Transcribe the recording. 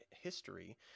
history